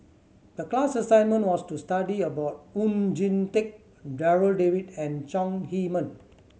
the class assignment was to study about Oon Jin Teik Darryl David and Chong Heman